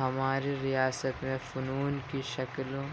ہمارے ریاست میں فنون کی شکلوں